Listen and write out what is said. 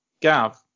Gav